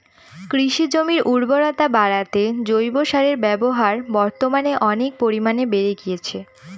কৃষিজমির উর্বরতা বাড়াতে জৈব সারের ব্যবহার বর্তমানে অনেক পরিমানে বেড়ে গিয়েছে